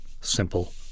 simple